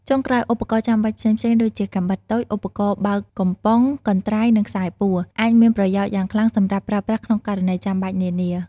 ចុងក្រោយ ឧបករណ៍ចាំបាច់ផ្សេងៗ ដូចជា កាំបិតតូច ឧបករណ៍បើកកំប៉ុង កន្ត្រៃ និងខ្សែពួរ អាចមានប្រយោជន៍យ៉ាងខ្លាំងសម្រាប់ប្រើប្រាស់ក្នុងករណីចាំបាច់នានា។